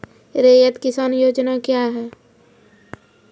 रैयत किसान योजना क्या हैं?